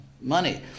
money